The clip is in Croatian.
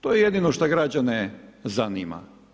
To je jedino što građane zanima.